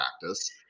practice